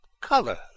color